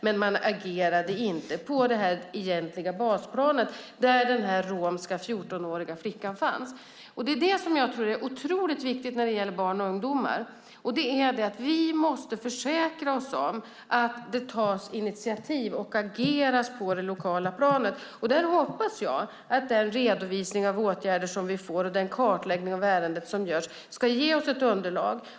Men man agerade inte på det egentliga basplanet, där den romska 14-åriga flickan fanns. Och det är det här som jag tror är otroligt viktigt när det gäller barn och ungdomar. Vi måste försäkra oss om att det tas initiativ och ageras på det lokala planet. Där hoppas jag att den redovisning av åtgärder som vi får och den kartläggning av ärendet som görs ska ge oss ett underlag.